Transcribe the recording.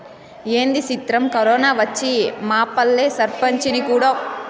ఏంది సిత్రం, కరోనా వచ్చి మాపల్లె సర్పంచిని కూడా ఉపాధిహామీ కూలీని సేసినాది